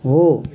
हो